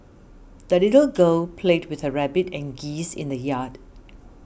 the little girl played with her rabbit and geese in the yard